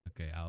Okay